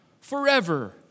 forever